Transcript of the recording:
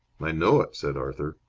i know it, said arthur.